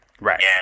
right